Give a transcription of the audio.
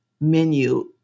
menu